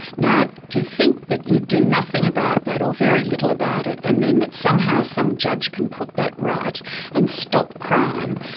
now to think that you do nothing about that, or very little about it and then that somehow some judge can put that right and stop crime,